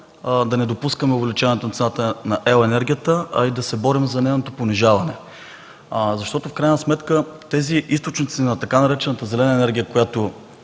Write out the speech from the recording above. да не допускаме увеличаване цената на електроенергията, а и да се борим за нейното понижаване. Защото в крайна сметка тези източници на така наречената „зелена” енергия, която